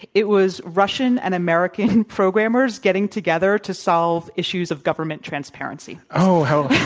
it was russian and american programmers getting together to solve issues of government transparency. oh,